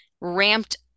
ramped